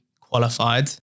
qualified